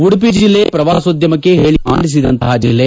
ಉಡುಪಿ ಜಿಲ್ಲೆ ಪ್ರವಾಸೋದ್ಯಮಕ್ಕೆ ಹೇಳಿ ಮಾಡಿದಂತಹ ಜಿಲ್ಲೆ